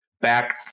back